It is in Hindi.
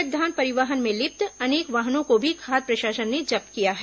सबसे धान परिवहन में लिप्त अनेक वाहनों को भी खाद्य प्रशासन ने जब्त किया है